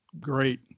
great